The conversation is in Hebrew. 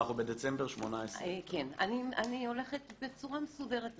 אבל אנחנו בדצמבר 18'. אני הולכת בצורה מסודרת אחד-אחד.